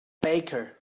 baker